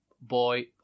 Boy